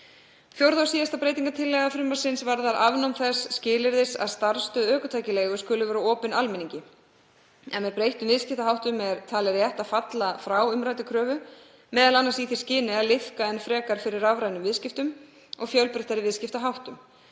Fjórða og síðasta breytingartillaga frumvarpsins varðar afnám þess skilyrðis að starfsstöð ökutækjaleigu skuli vera opin almenningi. Með breyttum viðskiptaháttum er talið rétt að falla frá umræddri kröfu, m.a. í því skyni að liðka enn frekar fyrir rafrænum viðskiptum og fjölbreyttari viðskiptaháttum.